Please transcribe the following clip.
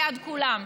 ליד כולם,